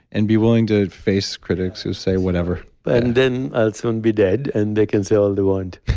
and be willing to face critics who say whatever but and then, i'll soon be dead, and they can say all they want